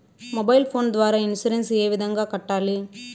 mobile phone ద్వారా insurance ఏ విధంగా కట్టాలి